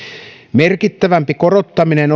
merkittävämpi korottaminen